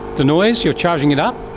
the noise, you're charging it up?